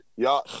Y'all